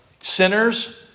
Sinners